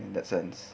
in that sense